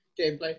gameplay